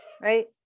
right